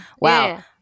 Wow